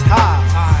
high